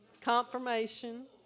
Confirmation